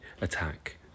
attack